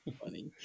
funny